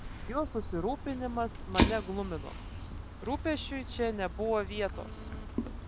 jo susirūpinimas mane glumino rūpesčiui čia nebuvo vietos